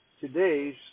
today's